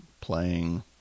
playing